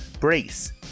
Brace